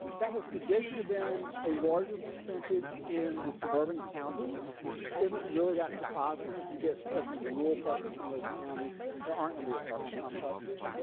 that has traditionally been a larger percentage in these suburban counties which isn't really that surprising because you get especially in the rural parts of some of those counties there aren't and any apartment complexes